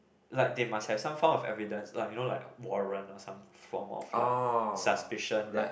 like they must have some fond of evidence like you know like warrant or some form of like suspicion that